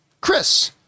Chris